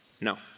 No